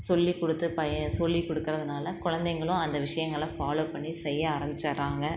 சொல்லிக் கொடுத்து ப சொல்லிக் கொடுக்கறதனால கொழந்தைங்களும் அந்த விஷயங்கள ஃபாலோ பண்ணி செய்ய ஆரம்பிச்சுர்றாங்க